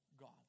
God